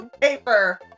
paper